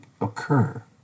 occur